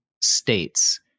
states